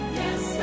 yes